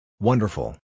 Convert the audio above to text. Wonderful